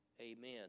Amen